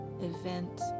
event